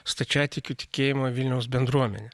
stačiatikių tikėjimo vilniaus bendruomene